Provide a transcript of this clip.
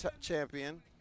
champion